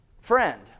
friend